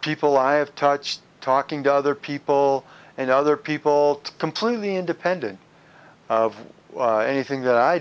people i have touched talking to other people and other people completely independent of anything that i